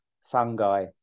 fungi